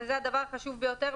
ובעינינו זה הדבר החשוב ביותר,